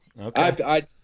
Okay